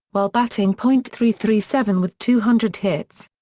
while batting point three three seven with two hundred hits.